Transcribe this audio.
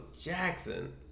Jackson